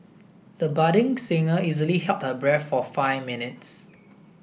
the budding singer easily held her breath for five minutes